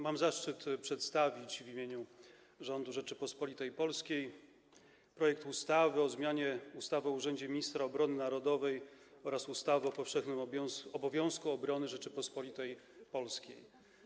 Mam zaszczyt przedstawić w imieniu rządu Rzeczypospolitej Polskiej projekt ustawy o zmianie ustawy o urzędzie Ministra Obrony Narodowej oraz ustawy o powszechnym obowiązku obrony Rzeczypospolitej Polskiej.